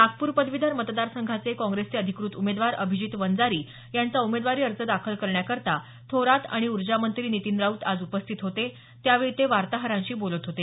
नागपूर पदवीधर मतदार संघाचे काँग्रेसचे अधिकृत उमेदवार अभिजित वंजारी यांचा उमेदवारी अर्ज दाखल करण्याकरता थोरात ऊर्जा मंत्री नितीन राऊत आज उपस्थित होते त्यावेळी ते वार्ताहरांशी बोलत होते